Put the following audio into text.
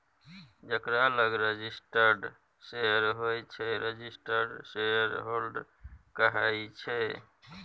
जकरा लग registered share होइ छै रजिस्टर्ड शेयरहोल्डर कहाइ छै